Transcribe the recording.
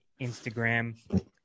Instagram